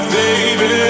baby